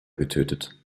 getötet